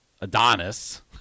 Adonis